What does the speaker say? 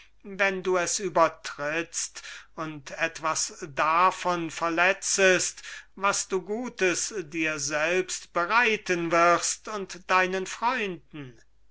wenn du es übertrittst und etwas davon verletzest was du gutes dir selbst bereiten wirst und deinen freunden